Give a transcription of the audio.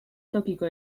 tokiko